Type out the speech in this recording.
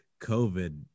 COVID